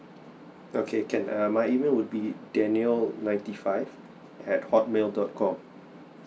okay can err my email would be daniel ninety five at hotmail dot com